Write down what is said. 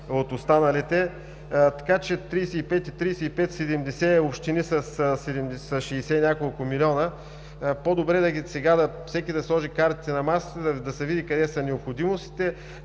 от останалите; така че 35 и 35 – 70 общини с 60 и няколко милиона; по-добре сега всеки да сложи картите на масата, да се види къде са необходимостите